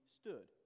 stood